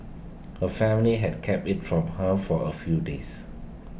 her family had kept IT from her for A few days